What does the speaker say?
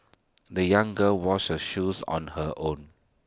the young girl washed her shoes on her own